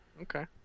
Okay